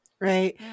right